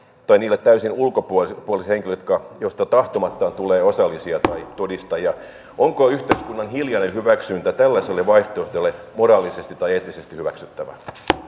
tai niille täysin ulkopuolisille henkilöille joista tahtomattaan tulee osallisia tai todistajia onko yhteiskunnan hiljainen hyväksyntä tällaiselle vaihtoehdolle moraalisesti tai eettisesti hyväksyttävää